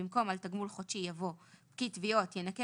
במקום "על תגמול חודשי" יבוא "פקיד תביעות ינכה